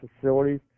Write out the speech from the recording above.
facilities